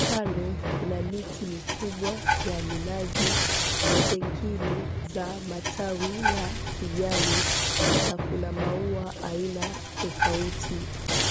kando kuna miti mikubwa ya minazi na zingine za matawi ya kijani na kuna maua aina tofauti.